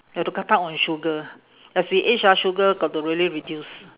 you have to cut down on sugar as we age ah sugar got to really reduce